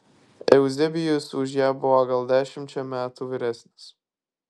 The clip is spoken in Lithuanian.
euzebijus už ją buvo gal dešimčia metų vyresnis